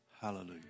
Hallelujah